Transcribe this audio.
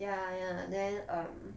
ya ya then um